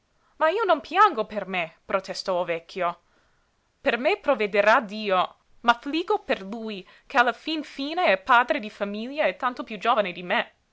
ma io non piango per me protestò il vecchio per me provvederà dio m'affliggo per lui che alla fin fine è padre di famiglia e tanto piú giovane di me